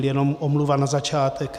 Jenom omluva na začátek.